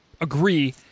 agree